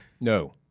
No